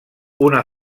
una